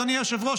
אדוני היושב-ראש,